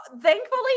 thankfully